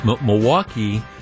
Milwaukee